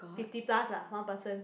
fifty plus ah one person